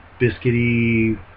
biscuity